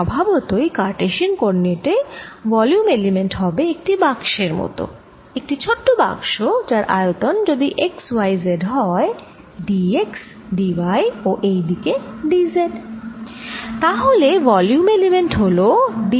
স্বভাবতই Cartesian coordinate এ volume element হবে একটি বাক্সের মত একটি ছোট্ট বাক্স যার আয়তন এই যদি x y z হয় d x d z ও এই দিকে d y তাহলে ভলিউম এলিমেন্ট হল d x d y d z